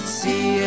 see